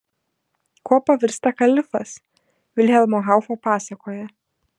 kuo pavirsta kalifas vilhelmo haufo pasakoje